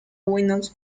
windows